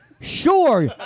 Sure